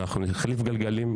אבל אנחנו נחליף גלגלים,